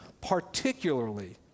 particularly